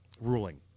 ruling